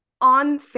on